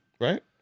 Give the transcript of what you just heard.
right